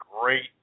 great